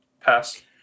pass